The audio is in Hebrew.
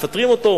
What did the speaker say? מפטרים אותו,